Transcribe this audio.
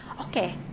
Okay